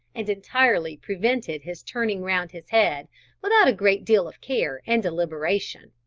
and entirely prevented his turning round his head without a great deal of care and deliberation,